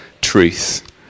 truth